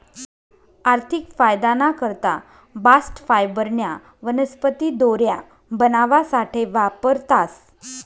आर्थिक फायदाना करता बास्ट फायबरन्या वनस्पती दोऱ्या बनावासाठे वापरतास